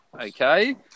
okay